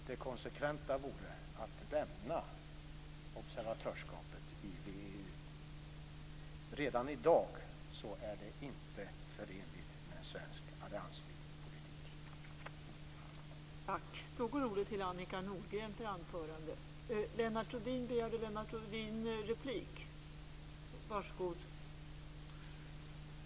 Det konsekventa vore att lämna observatörskapet i VEU. Redan i dag är det inte förenligt med svensk alliansfri politik.